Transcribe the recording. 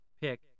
pick